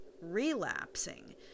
relapsing